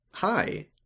hi